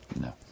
No